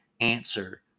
answer